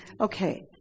Okay